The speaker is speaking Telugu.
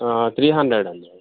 త్రీ హండ్రెడ్ అండి